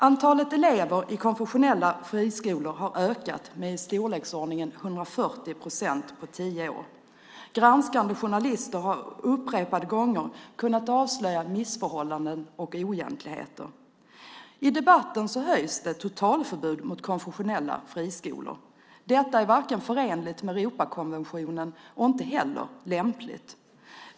Antalet elever i konfessionella friskolor har ökat med i storleksordningen 140 procent på tio år. Granskande journalister har upprepade gånger kunnat avslöja missförhållanden och oegentligheter. I debatten höjs röster för totalförbud mot konfessionella friskolor. Detta är varken förenligt med Europakonventionen och inte heller lämpligt.